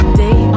day